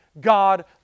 God